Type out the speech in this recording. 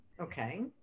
Okay